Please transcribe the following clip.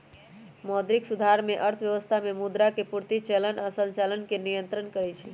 मौद्रिक सुधार में अर्थव्यवस्था में मुद्रा के पूर्ति, चलन आऽ संचालन के नियन्त्रण करइ छइ